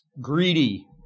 Greedy